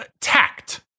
tact